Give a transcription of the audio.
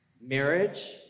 Marriage